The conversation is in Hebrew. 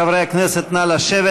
חברי הכנסת, נא לשבת.